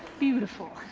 beautiful